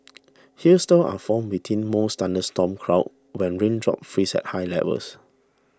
hailstones are formed within most thunderstorm clouds when raindrops freeze at high levels